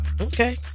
Okay